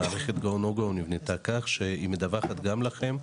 מערכת "go/no go" נבנתה כך שהיא מדווחת גם לכם,